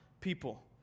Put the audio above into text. people